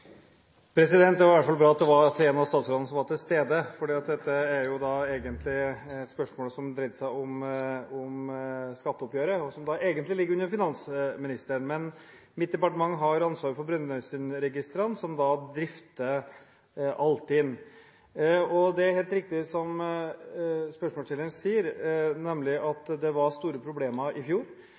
er i hvert fall glad for at det er temaet til en av statsrådene som er til stede, for dette er jo et spørsmål som dreier seg om skatteoppgjøret, som egentlig ligger under finansministeren. Men mitt departement har ansvar for Brønnøysundregistrene, som drifter Altinn. Det spørsmålsstilleren sier, er helt riktig, nemlig at det var store problemer i fjor.